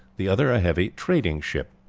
the other a heavy trading ship.